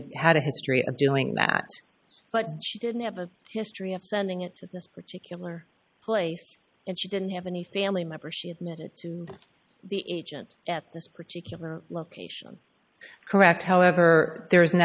had had a history of doing that but she didn't have a history of sending it to this particular place and she didn't have any family member she admitted to the agent at this particular location correct however there is